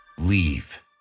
Leave